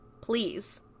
Please